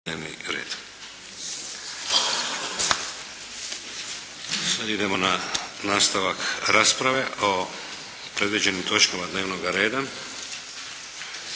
(HDZ)** Sad idemo na nastavak rasprave o predviđenim točkama dnevnoga reda.